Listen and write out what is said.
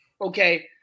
Okay